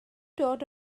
dod